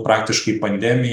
praktiškai pandemija